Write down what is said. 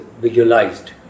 visualized